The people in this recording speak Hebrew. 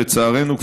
לצערנו,